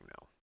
now